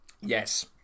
yes